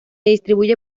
distribuye